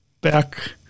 back